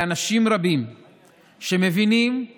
אנשים כמו